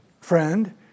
friend